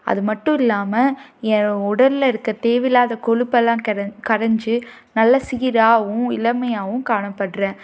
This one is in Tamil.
அதுமட்டும் இல்லாமல் என் உடலில் இருக்கற தேவையில்லாத கொழுப்பெல்லாம் கரைஞ்சு நல்ல சீராகவும் இளமையாகவும் காணப்படுறேன்